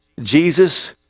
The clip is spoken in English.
Jesus